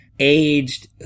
aged